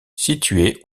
située